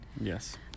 Yes